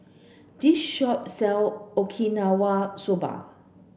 this shop sell Okinawa Soba